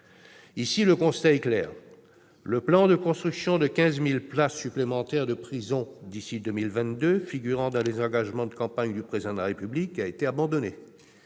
Ici, le constat est clair : le plan de construction de 15 000 places supplémentaires de prison d'ici à 2022 dont la mise en oeuvre figurait parmi les engagements de campagne du Président de la République a été abandonné.